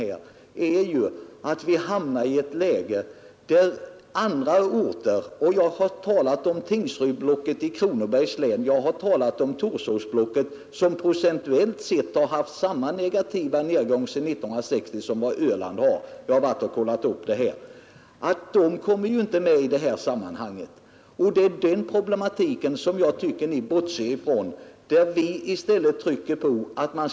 Vi kommer att hamna i ett läge, där alla orter inte kan komma med i sammanhanget. Jag har här talat om Tingsrydsblocket i Kronobergs län och om Torsåsblocket, vilka procentuellt sett har haft samma negativa utveckling sedan 1960 som Öland. Dessa uppgifter har jag kollat. Det är just denna problematik som ni enligt min uppfattning bortser ifrån.